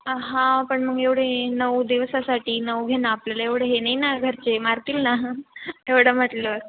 हां पण मग एवढे नऊ दिवसासाठी नऊ घेणं आपल्याला एवढं हे नाही ना घरचे मारतील ना एवढं म्हटलं